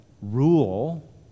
rule